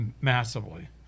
massively